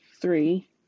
Three